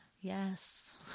Yes